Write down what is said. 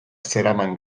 zeraman